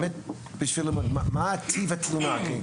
מה טיב התלונה?